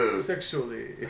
Sexually